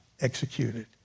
executed